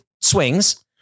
swings